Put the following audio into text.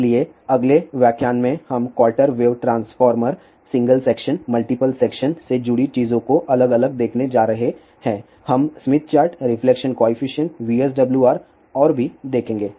इसलिए अगले व्याख्यान में हम quarter wave transformer single section multiple section से जुड़ी चीजों को अलग अलग देखने जा रहे हैं हम Smith chart reflection coefficient VSWR और भी देखेंगे